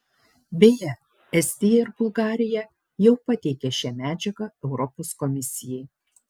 beje estija ir bulgarija jau pateikė šią medžiagą europos komisijai